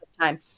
time